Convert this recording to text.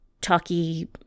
talky